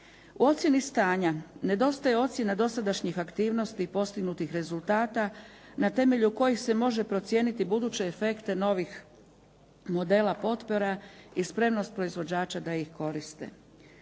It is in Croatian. U ocjeni stanja nedostaje ocjena dosadašnjih aktivnosti i postignutih rezultata na temelju kojih se može procijeniti buduće efekte novih modela potpora i spremnost proizvođača da ih koriste.